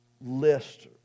list